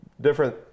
different